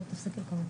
בעצם כלובי